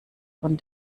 von